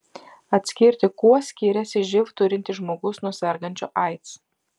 atskirti kuo skiriasi živ turintis žmogus nuo sergančio aids